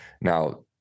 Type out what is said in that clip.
now